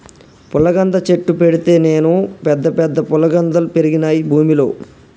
పుల్లగంద చెట్టు పెడితే నేను పెద్ద పెద్ద ఫుల్లగందల్ పెరిగినాయి భూమిలో